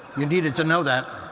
you needed to know that.